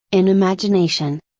in imagination.